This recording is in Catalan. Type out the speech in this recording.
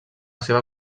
seva